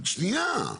שנייה.